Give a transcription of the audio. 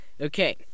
Okay